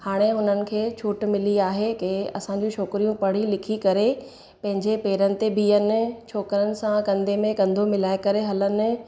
हाणे हुननि खे छूट मिली आहे के असांजे छोकिरियूं पढ़ी लिखी करे पंहिंजे पेरनि ते बिहनि छोकिरनि सां कंधे में कंधो मिलाए करे हलनि